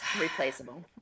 replaceable